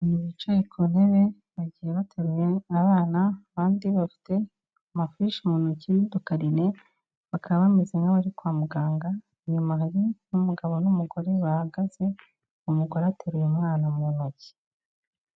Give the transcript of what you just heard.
Abantu bicaye ku ntebe bagiye bateruye abana kandi bafite amafishi mu ntoki n'dukarine, bakaba bameze nk'abari kwa muganga, nyuma n'umugabo n'umugore bahagaze umugore ateruye uyu mwana mu ntoki.